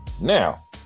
Now